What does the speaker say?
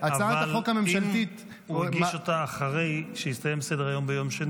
אבל אם הוא הגיש אותה אחרי שהסתיים סדר-היום ביום שני,